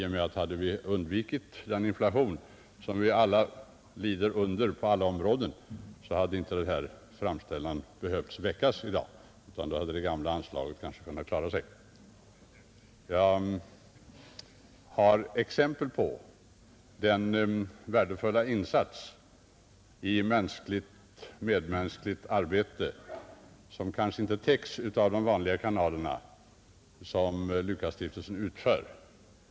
Hade vi undvikit den inflation som vi alla lider under på alla områden, hade ju inte den här framställningen behövt göras i dag, utan då hade det gamla anslaget kanske kunnat räcka, Jag har exempel på den värdefulla insats i fråga om medmänskligt arbete — som inte täcks av de vanliga kanalerna — som S:t Lukasstiftelsen utför.